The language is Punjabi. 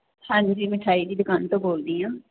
ਹਾਂਜੀ ਮਿਠਾਈ ਦੀ ਦੁਕਾਨ ਤੋਂ ਬੋਲਦੀ ਆ